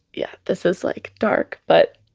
yeah this is like dark but